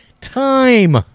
time